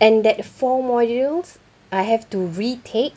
and that four modules I have to retake